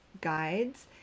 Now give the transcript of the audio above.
guides